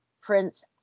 prince